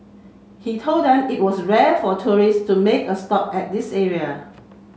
he told them it was rare for tourists to make a stop at this area